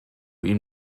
ihm